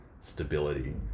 stability